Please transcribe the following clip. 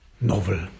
novel